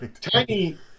tiny